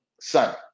son